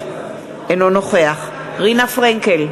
אינו נוכח רינה פרנקל,